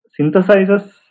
synthesizes